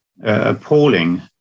appalling